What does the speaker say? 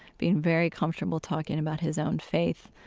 being very comfortable talking about his own faith,